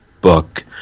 book